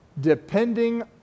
depending